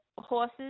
horses